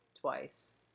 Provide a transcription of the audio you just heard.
Twice